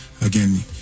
Again